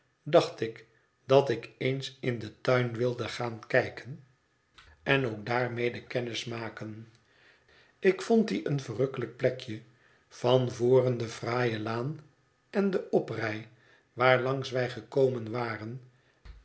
dacht ik dat ik eens in den tuin wilde gaan kijken en ook daarf bet verlaten huis mede kennis maken ik vond dien een verrukkelijk plekje van voren de fraaie laan en de oprij waarlangs wij gekomen waren